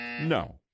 No